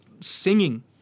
singing